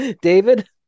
David